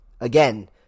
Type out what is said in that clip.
again